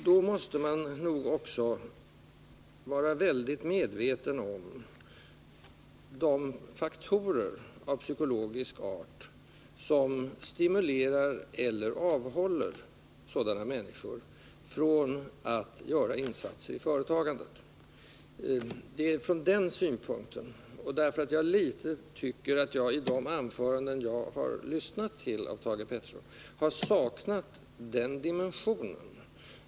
Då måste man nog också vara medveten om de faktorer av psykologisk art som stimulerar eller avhåller sådana människor från att göra insatser i företagandet. Det är från den synpunkten jag har tagit upp detta — jag tycker att jag i de anföranden av Thage Peterson, som jag lyssnat till, har saknat den dimensionen.